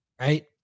right